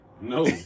No